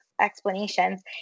explanations